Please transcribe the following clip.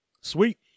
Sweet